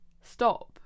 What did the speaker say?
stop